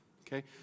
Okay